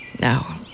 No